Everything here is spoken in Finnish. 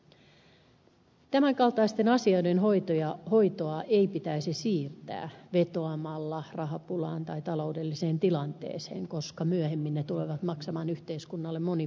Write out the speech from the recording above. tämän kaltaisten asioiden hoitoa ei pitäisi siirtää vetoamalla rahapulaan tai taloudelliseen tilanteeseen koska myöhemmin se tulee maksamaan yhteiskunnalle monin verroin enemmän